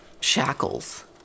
Shackles